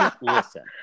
listen